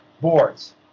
boards